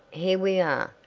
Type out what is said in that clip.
here we are,